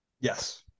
Yes